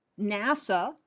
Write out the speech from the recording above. NASA